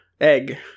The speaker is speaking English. Egg